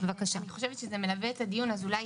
אני חושבת שזה מלווה את הדיון אז אולי